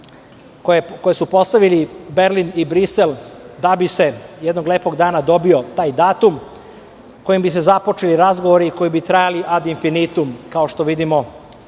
koje su postavili Berlin i Brisel da bi se jednog lepog dana dobio taj datum, kojim bi se započeli razgovori koji bi trajali ad infinitum, kao što vidimo